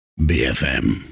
BFM